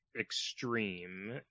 extreme